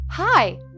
Hi